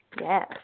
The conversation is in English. Yes